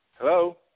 Hello